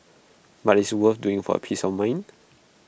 but IT is worth doing for A peace of mind